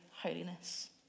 holiness